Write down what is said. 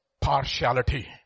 partiality